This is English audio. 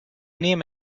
name